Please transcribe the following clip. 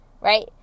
right